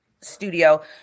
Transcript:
Studio